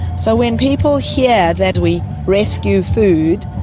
so when people hear that we rescue food,